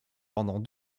pendant